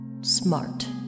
Smart